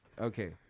Okay